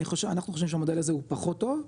אנחנו חושבים שהמודל הזה הוא פחות טוב,